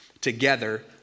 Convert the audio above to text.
together